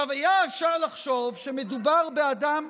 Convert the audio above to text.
היה אפשר לחשוב שמדובר באדם,